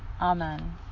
amen